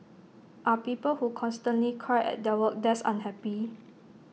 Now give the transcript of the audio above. are people who constantly cry at their work desk unhappy